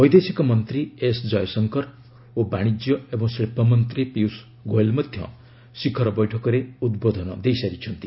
ବୈଦେଶିକ ମନ୍ତ୍ରୀ ଏସ୍ ଜୟଶଙ୍କର ଓ ବାଣିଜ୍ୟ ଏବଂ ଶିଳ୍ପମନ୍ତ୍ରୀ ପୀୟୁଷ ଗୋଏଲ୍ ମଧ୍ୟ ଶିଖର ବୈଠକରେ ଉଦ୍ବୋଧନ ଦେଇସାରିଛନ୍ତି